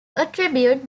attribute